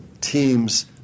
teams